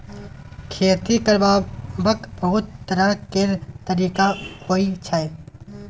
खेती करबाक बहुत तरह केर तरिका होइ छै